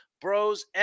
Bros